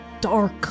dark